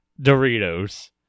Doritos